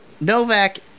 Novak